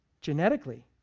genetically